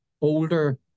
older